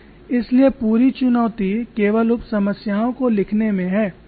इसलिए पूरी चुनौती केवल उप समस्याओं को लिखने में है